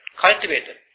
cultivated